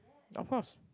of course